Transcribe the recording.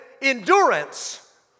Endurance